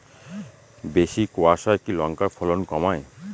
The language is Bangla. বেশি কোয়াশায় কি লঙ্কার ফলন কমায়?